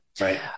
Right